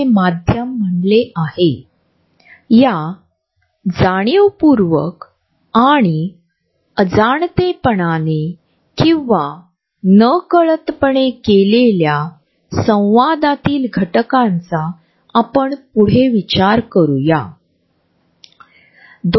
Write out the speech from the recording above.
आम्हाला असे वाटते की जर या जागेचे उल्लंघन केले गेले आणि परिस्थिती किंवा लिंग किंवा वंश विचारात न घेतल्यास व्यक्तीं अचानक जवळ आल्या तर त्याचा परिणाम एखाद्या विशिष्ट चिंतेत किंवा आपली त्वरित प्रतिक्रिया म्हणजे आपण एकमेकांपासून दूर जातो